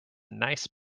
nice